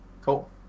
Cool